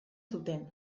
zuten